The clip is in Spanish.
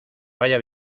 vaya